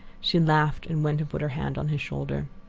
she laughed, and went and put her hand on his shoulder.